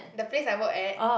the place I work at